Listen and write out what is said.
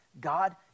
God